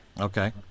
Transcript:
Okay